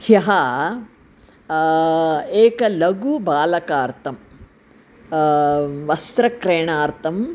ह्यः एकं लघुबालकार्थं वस्त्रक्रयणार्थम्